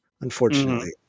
unfortunately